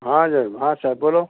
હા સર હા સાહેબ બોલો